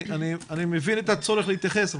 אני מבין את הצורך להתייחס,